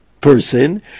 person